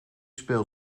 speel